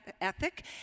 ethic